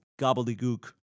gobbledygook